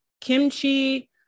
Kimchi